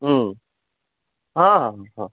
ହଁ ହଁ ହଁ